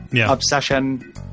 obsession –